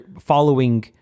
following